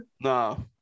No